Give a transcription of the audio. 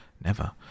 Never